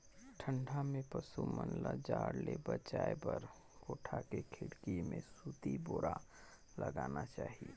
ठंडा में पसु मन ल जाड़ ले बचाये बर कोठा के खिड़की में सूती बोरा लगाना चाही